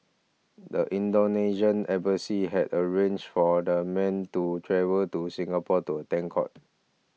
the Indonesian embassy had arranged for the men to travel to Singapore to attend court